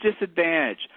disadvantage